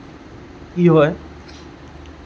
কি হয়